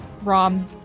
Rom